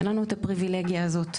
אין לנו את הפריווילגיה הזאת.